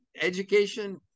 education